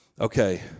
okay